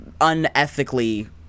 unethically